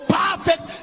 perfect